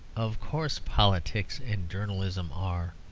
of course, politics and journalism are,